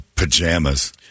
Pajamas